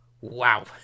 Wow